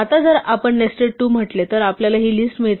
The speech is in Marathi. आता जर आपण नेस्टेड 2 म्हटले तर आपल्याला ही लिस्ट मिळते